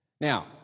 Now